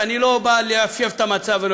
ואני לא בא לייפייף את המצב,